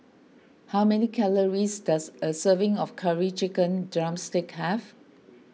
how many calories does a serving of Curry Chicken Drumstick have